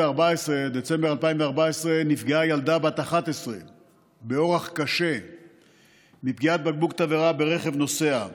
בדצמבר 2014 נפגעה ילדה בת 11 באורח קשה מפגיעת בקבוק תבערה ברכב נוסע.